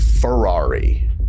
Ferrari